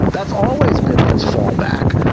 that's always been his fallback.